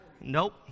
Nope